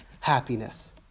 happiness